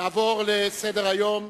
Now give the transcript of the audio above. נעבור לסדר-היום.